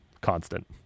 constant